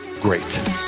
great